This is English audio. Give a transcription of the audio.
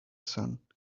sun